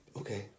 okay